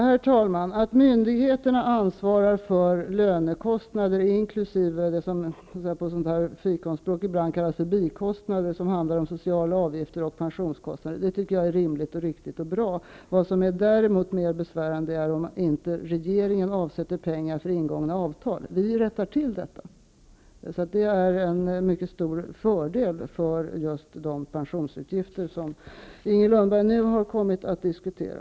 Herr talman! Att myndigheterna ansvarar för lönekostnader inkl. det som ibland på fikonspråk kallas bikostnader, dvs. sociala avgifter och pensions kostnader, är rimligt och bra. Vad som däremot är mera besvärande är om regeringen inte avsätter pengar för ingångna avtal. Vi rättar till detta, och det är en mycket stor fördel för just de pensionsutgifter som Inger Lundberg nu har kommit att diskutera.